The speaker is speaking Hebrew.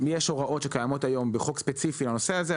יש הוראות שקיימות היום בחוק ספציפי לנושא הזה.